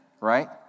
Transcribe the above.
right